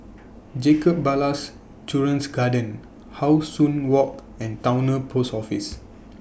Jacob Ballas Children's Garden How Sun Walk and Towner Post Office